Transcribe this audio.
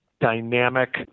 dynamic